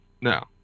No